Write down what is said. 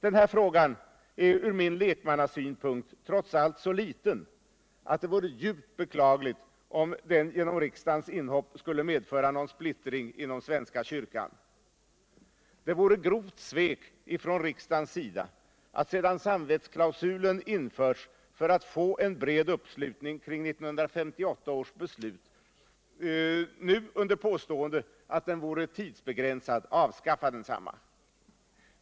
Denna fråga är ur min Iekmannasynpunkt trots allt så liten, att det vore djupt beklagligt om den genom riksdagens inhopp skulle vålla någon splittring inom svenska kyrkan. Det vore grovt svek från riksdagens sida att sedan samvetsklausulen införts för att få bred uppslutning kring 1958 års beslut, nu — under påstående att den vore tidsbegränsad — avskaffa den.